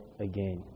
again